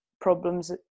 problems